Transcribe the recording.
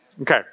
Okay